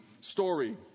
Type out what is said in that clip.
story